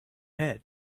head